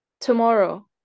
tomorrow